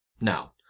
Now